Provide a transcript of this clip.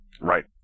right